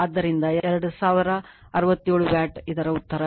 ಆದ್ದರಿಂದ 2000 67 ವ್ಯಾಟ್ ಇದು ಉತ್ತರ